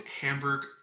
Hamburg